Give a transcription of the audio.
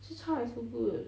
CHICHA is so good